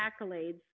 accolades